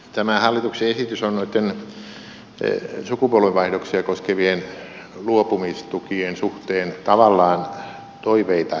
tämä hallituksen esitys on sukupolvenvaihdoksia koskevien luopumistukien suhteen tavallaan toiveita herättävä